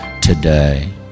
today